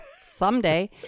someday